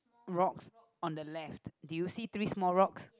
rocks on the left do you see three small rocks